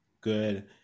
good